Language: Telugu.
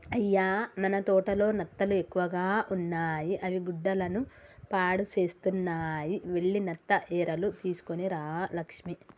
అయ్య మన తోటలో నత్తలు ఎక్కువగా ఉన్నాయి అవి గుడ్డలను పాడుసేస్తున్నాయి వెళ్లి నత్త ఎరలు తీసుకొని రా లక్ష్మి